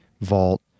vault